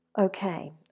Okay